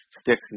sticks